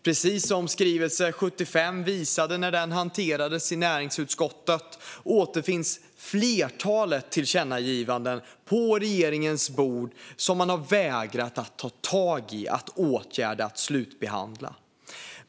Precis som skrivelse 75 visade när den hanterades i näringsutskottet återfinns ett flertal tillkännagivanden på regeringens bord som man har vägrat att ta tag i, att åtgärda och att slutbehandla.